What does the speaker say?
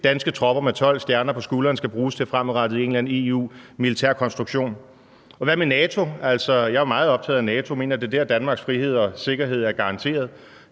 danske tropper med 12 stjerner på skulderen skal bruges til fremadrettet i en eller anden EU-militærkonstruktion? Og hvad med NATO? Altså, jeg er meget optaget af NATO, og jeg mener, at det er der, Danmarks frihed og sikkerhed er garanteret.